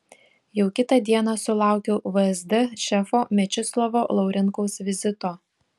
jau kitą dieną sulaukiau vsd šefo mečislovo laurinkaus vizito